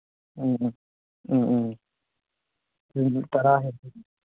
ꯎꯝ ꯎꯝ ꯎꯝ ꯎꯝ ꯃꯤ ꯇꯔꯥ